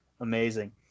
amazing